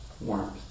Warmth